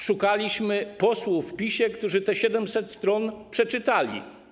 Szukaliśmy posłów w PiS-ie, którzy te 700 stron przeczytali.